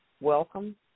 Welcome